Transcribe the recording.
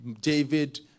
David